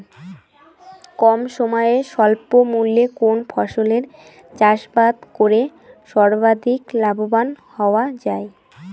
কম সময়ে স্বল্প মূল্যে কোন ফসলের চাষাবাদ করে সর্বাধিক লাভবান হওয়া য়ায়?